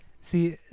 See